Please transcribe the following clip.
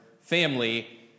family